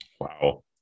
Wow